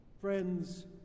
Friends